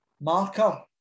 marker